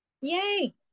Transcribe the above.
yay